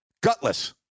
Gutless